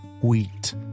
wheat